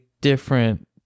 different